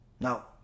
Now